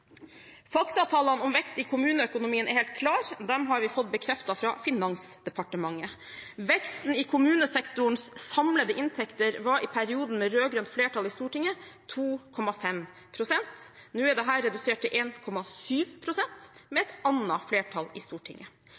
Faktatallene om vekst i kommuneøkonomien er helt klare, de har vi fått bekreftet fra Finansdepartementet. Veksten i kommunesektorens samlede inntekter var i perioden med rød-grønt flertall i Stortinget 2,5 pst. Nå er dette redusert til 1,7 pst., med et annet flertall i Stortinget.